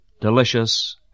delicious